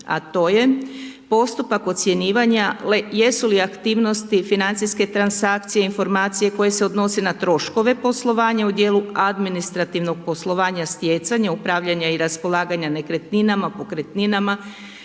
a to je postupak ocjenjivanja jesu li aktivnosti, financijske transakcije, informacije koje se odnose na troškove poslovanja u dijelu administrativnog poslovanja stjecanjem, upravljanja i raspolaganje nekretninama, pokretninama